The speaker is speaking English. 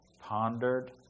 Pondered